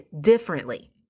differently